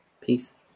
Peace